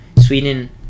Sweden